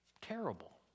terrible